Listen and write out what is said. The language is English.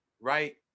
right